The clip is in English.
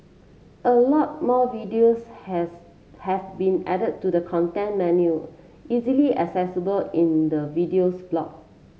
a lot more videos has have been added to the content menu easily accessible in the Videos block